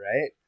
Right